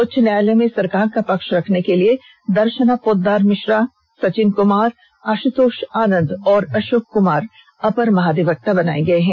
उच्च न्यायालय में सरकार का पक्ष रखने के लिए दर्शना पोद्दार मिश्रा सचिन कुमार आशुतोष आनंद और अशोक कुमार अपर महाधिवक्ता बनाए गए हैं